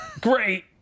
great